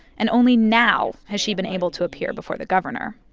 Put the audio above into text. and only now has she been able to appear before the governor.